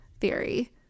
theory